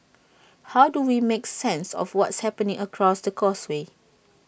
how do we make sense of what's happening across the causeway